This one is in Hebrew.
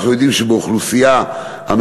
אנחנו יודעים שהחלק של האוכלוסייה הקשישה